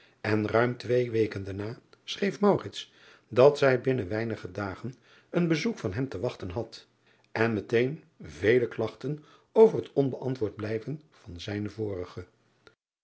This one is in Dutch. en ruim twee weken daarna schreef dat zij binnen weinige dagen een bezoek van hem te wachten had en meteen vele klagten over het onbeantwoord blijven van zijnen vorigen